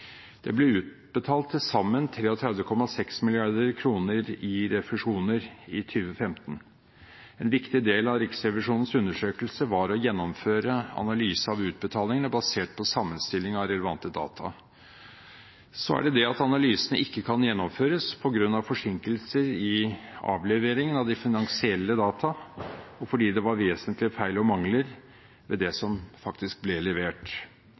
Det ble utbetalt til sammen 33,6 mrd. kr i refusjoner i 2015. En viktig del av Riksrevisjonens undersøkelse var å gjennomføre en analyse av utbetalingene, basert på sammenstilling av relevante data. Så var det slik at analysen ikke kunne gjennomføres, på grunn av forsinkelser i avleveringen av de finansielle data og fordi det var vesentlige feil og mangler ved det som ble levert.